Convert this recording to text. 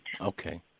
Okay